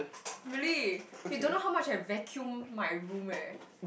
really you don't know how much I vacuum my room eh